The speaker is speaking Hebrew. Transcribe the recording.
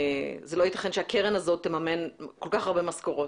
זה לא יתכן שהקרן הזו תממן כל כך הרבה משכורות,